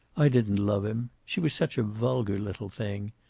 i didn't love him. she was such a vulgar little thing.